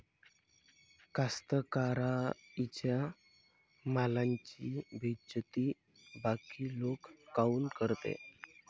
कास्तकाराइच्या मालाची बेइज्जती बाकी लोक काऊन करते?